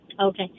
Okay